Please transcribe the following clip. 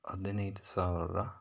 ಹದಿನೈದು ಸಾವಿರ್ದ